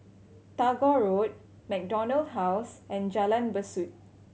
Tagore Road MacDonald House and Jalan Besut